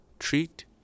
Treat